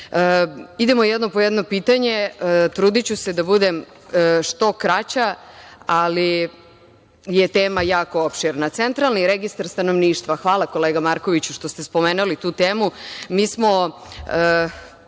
treba. Idemo jedno po jedno pitanje. Trudiću se da budem što kraća, ali je tema jako opširna. Centralni registar stanovništva. Hvala kolega Markoviću što ste spomenuli tu temu.